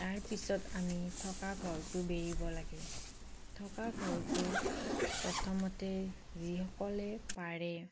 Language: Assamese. তাৰ পিছত আমি থকা ঘৰটো বেৰিব লাগে থকা ঘৰটো প্ৰথমতে যি সকলে পাৰে